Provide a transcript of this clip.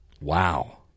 Wow